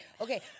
Okay